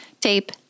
tape